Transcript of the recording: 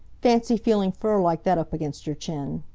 fancy feeling fur like that up against your chin!